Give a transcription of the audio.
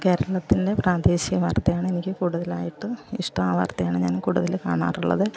കേരളത്തിൻ്റെ പ്രാദേശിക വാർത്തയാണ് എനിക്ക് കൂടുതലായിട്ടും ഇഷ്ട ആ വാർത്തയാണ് ഞാൻ കൂടുതലും കാണാറുള്ളത്